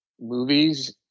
movies